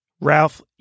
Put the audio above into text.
Ralph